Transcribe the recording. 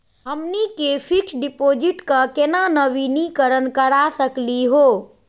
हमनी के fix deposit क केना नवीनीकरण करा सकली हो?